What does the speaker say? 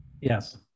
Yes